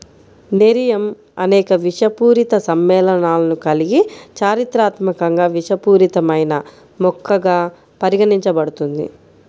nerium అనేక విషపూరిత సమ్మేళనాలను కలిగి చారిత్రాత్మకంగా విషపూరితమైన మొక్కగా పరిగణించబడుతుంది